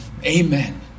Amen